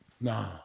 Nah